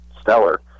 stellar